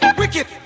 wicked